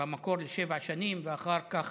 במקור לשבע שנים ואחר כך